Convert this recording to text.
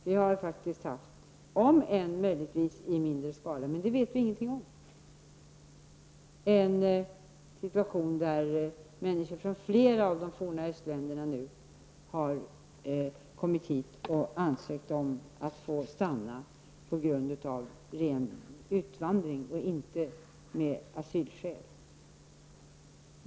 Vi har faktiskt haft situationen -- om än möjligtvis i mindre skala, men det vet vi ingeting om -- att människor från flera av de forna östländerna kommit hit och ansökt om att få stanna på grund av ren invandring och inte med asylskäl.